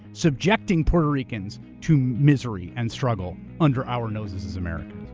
subjecting puerto ricans to misery and struggle under our noses as americans.